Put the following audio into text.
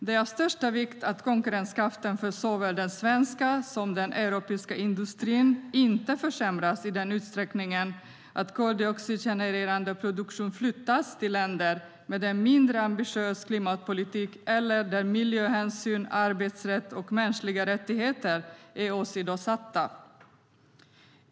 Det är av största vikt att konkurrenskraften för såväl den svenska som den europeiska industrin inte försämras i en sådan utsträckning att koldioxidgenererande produktion flyttas till länder med en mindre ambitiös klimatpolitik eller där miljöhänsyn, arbetsrätt och mänskliga rättigheter är åsidosatta.